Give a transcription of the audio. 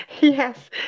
Yes